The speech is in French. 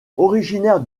originaire